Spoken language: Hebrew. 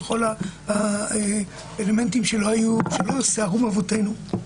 וכל האלמנטים שלא שיערום אבותינו.